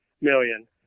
million